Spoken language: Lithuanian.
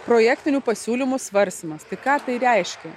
projektinių pasiūlymų svarstymas tai ką tai reiškia